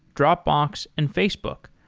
dropbox and facebook.